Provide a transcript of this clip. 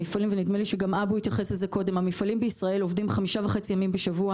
המפעלים בישראל עובדים 5.5 ימים בשבוע